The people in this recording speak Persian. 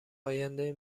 آینده